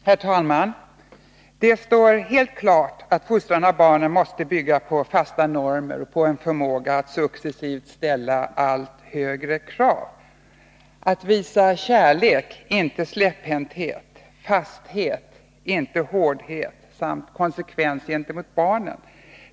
Herr talman! Det står helt klart att fostran av barn måste bygga på fasta normer och en förmåga att successivt ställa allt högre krav. Det gäller att visa kärlek, inte släpphänthet, att visa fasthet, inte hårdhet, samt att vara konsekvent gentemot barnen.